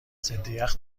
ضدیخ